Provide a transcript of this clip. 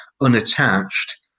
unattached